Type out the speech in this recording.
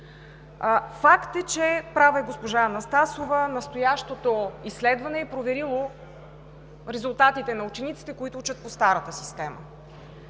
Права е госпожа Анастасова, че настоящото изследване е проверило резултатите на учениците, които учат по старата система.